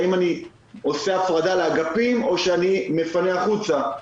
האם אני עושה הפרדה לאגפים או אני מפנה החוצה.